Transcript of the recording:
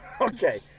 Okay